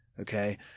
Okay